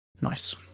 Nice